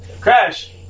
Crash